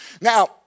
Now